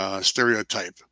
stereotype